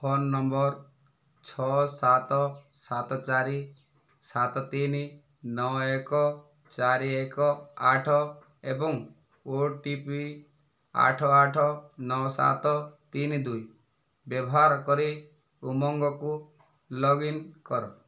phone number ଛଅ ସାତ ସାତ ଚାରି ସାତ ତିନି ନଅ ଏକ ଚାରି ଏକ ଆଠ ଏବଂ ଓଟିପି ଆଠ ଆଠ ନଅ ସାତ ତିନି ଦୁଇ ବ୍ୟବହାର କରି ଉମଙ୍ଗକୁ ଲଗ୍ଇନ କର